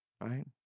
right